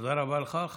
תודה רבה לך.